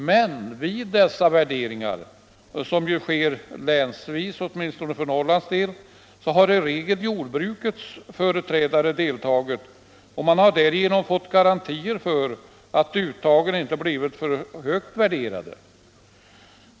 Men vid dessa värderingar som ju sker länsvis, åtminstonne för Norrlands del, har i regel jordbrukets företrädare deltagit, och man har därigenom fått garantier för att uttagen inte blivit för högt värderade.